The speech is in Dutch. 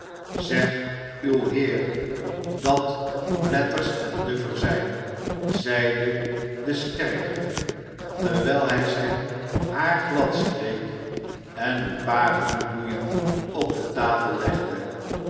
zeg uw heer dat blathers en duff er zijn zeide de sterkere terwijl hij zijn haar gladstreek en een paar handboeien op de tafel legde